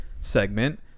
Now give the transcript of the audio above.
segment